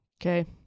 okay